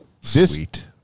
Sweet